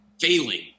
failing